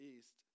East